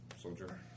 Soldier